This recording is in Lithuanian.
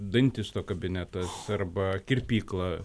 dantisto kabinetas arba kirpykla